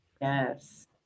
Yes